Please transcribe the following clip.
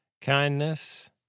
Kindness